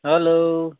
hello